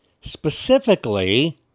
specifically